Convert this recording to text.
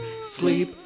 sleep